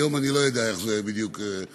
היום אני לא יודע איך זה בדיוק עובד.